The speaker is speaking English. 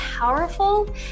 powerful